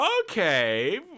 okay